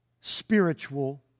spiritual